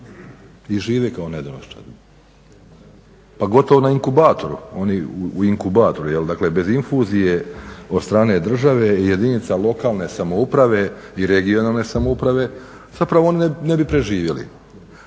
i žive kao nedonoščad, pa gotovo na inkubatoru, oni u inkubatoru bez infuzije od strane države i jedinica lokalne samouprave i regionalne samouprave zapravo oni ne bi preživjeli,